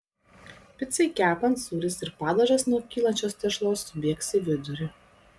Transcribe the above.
picai kepant sūris ir padažas nuo kylančios tešlos subėgs į vidurį